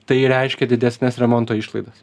tai reiškia didesnes remonto išlaidas